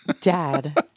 Dad